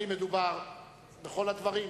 אם מדובר בכל הדברים.